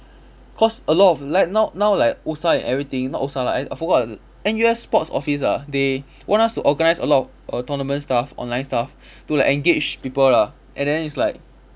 cause a lot of like now now like OSA and everything not OSA lah I forgot what N_U_S sports office ah they want us to organise a lot of tournament stuff online stuff to like engage people lah and then it's like